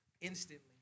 instantly